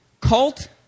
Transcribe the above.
Cult